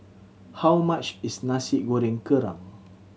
how much is Nasi Goreng Kerang